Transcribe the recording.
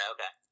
Okay